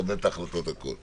לקבל את ההחלטות זה בסדר.